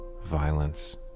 violence